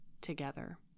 together